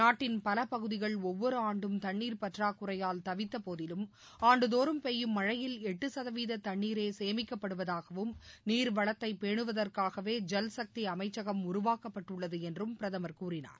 நாட்டின் பல பகுதிகள் ஒவ்வொரு ஆண்டும் தண்ணீர் பற்றாக்குறையால் தவித்தபோதிலும் ஆண்டுதோறும் பெய்யும் மழையில் எட்டு சதவீத தண்ணீரே சேமிக்கப்படுவதாகவும் நீர்வளத்தை பேனுவதற்காகவே ஜலசக்தி அமைச்சகம் உருவாக்கப்பட்டுள்ளது என்றும் பிரதமர் கூறினார்